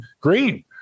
Green